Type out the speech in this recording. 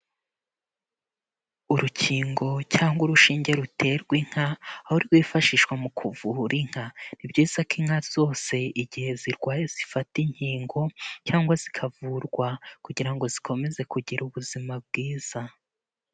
Urukingo cyangwa urushinge ruterwa inka, aho rwifashishwa mu kuvura inka, ni byiza ko inka zose igihe zirwaye zifata inkingo cyangwa zikavurwa kugira ngo zikomeze kugira ubuzima bwiza.